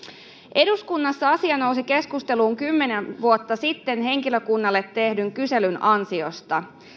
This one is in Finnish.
eduskunnassa asia nousi keskusteluun kymmenen vuotta sitten henkilökunnalle tehdyn kyselyn ansiosta